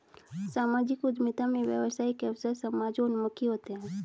सामाजिक उद्यमिता में व्यवसाय के अवसर समाजोन्मुखी होते हैं